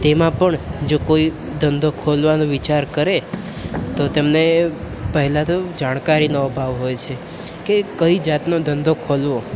તેમાં પણ જો કોઈ ધંધો ખોલવાનો વિચાર કરે તો તેમને પહેલાં તો જાણકારીનો અભાવ હોય છે કે કઈ જાતનો ધંધો ખોલવો